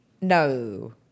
no